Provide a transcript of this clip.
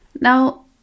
now